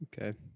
Okay